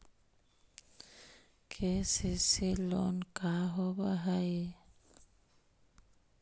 KCC loan का होब हइ?